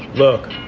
look.